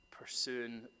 Pursuing